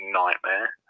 nightmare